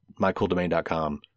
MyCoolDomain.com